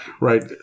Right